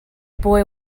boy